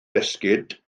esgid